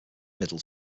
middle